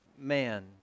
man